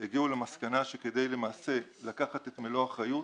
הגיעו למסקנה שכדי לקחת את מלוא האחריות,